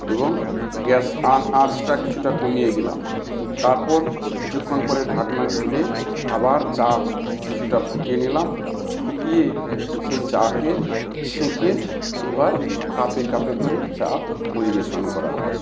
এবং গ্যাস আঁচটা কিছুটা কমিয়ে দিলাম তারপর কিছুক্ষণ পরে ঢাকনা খুলে আবার চা কিছুটা ফুটিয়ে নিলাম ফুটিয়ে সেই চাকে ছেঁকে এবার কাপে কাপে করে চা পরিবেশন করা হয়